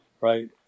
right